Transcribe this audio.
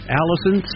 Allison